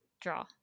draw